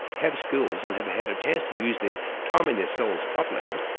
have skills, and have had a chance to use their time in their cells properly,